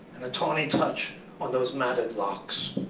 and the tawny touch on those matted locks.